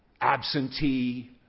absentee